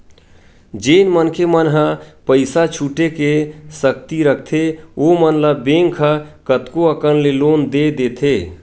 जेन मनखे मन ह पइसा छुटे के सक्ति रखथे ओमन ल बेंक ह कतको अकन ले लोन दे देथे